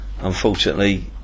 unfortunately